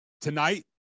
tonight